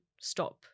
stop